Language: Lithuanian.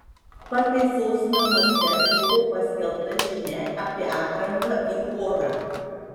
pataisos namuose buvo paskelbta žinia apie atranką į chorą